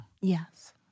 Yes